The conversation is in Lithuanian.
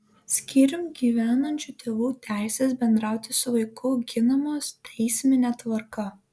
skyrium gyvenančių tėvų teisės bendrauti su vaiku ginamos teismine tvarka